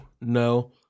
no